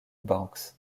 banks